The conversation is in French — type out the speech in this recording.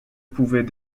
pouvait